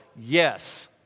Yes